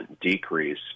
decrease